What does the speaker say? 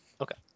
Okay